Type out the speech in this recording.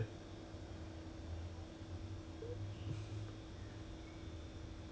err I thought it's too strong already eh 我不可以 ah I can I don't know leh I cannot drink whiskey eh